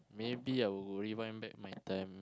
maybe I would rewind back my time